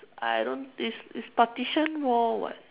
I don't it's it's partition wall [what]